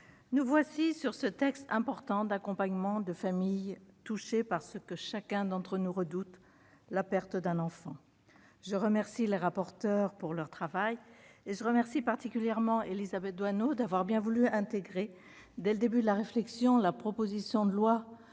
pour examiner un important texte d'accompagnement de familles touchées par ce que chacun d'entre nous redoute : la perte d'un enfant. Je remercie Mmes les rapporteurs pour leur travail. Je remercie particulièrement Élisabeth Doineau d'avoir bien voulu intégrer, dès le début de la réflexion, la proposition de loi